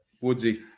Woodsy